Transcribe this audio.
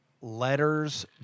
letters